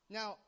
Now